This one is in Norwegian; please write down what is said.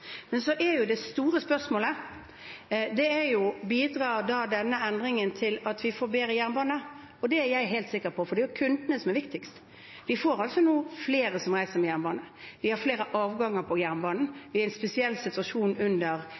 Men så er det store spørsmålet: Bidrar denne endringen til at vi får bedre jernbane? Det er jeg helt sikker på, for det er kundene som er viktigst. Det er nå flere som reiser med jernbane. Vi har flere avganger på jernbanen. Vi er i en spesiell situasjon under